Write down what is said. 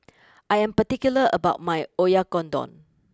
I am particular about my Oyakodon